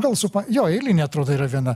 gal supa jo eilinė atrodo yra viena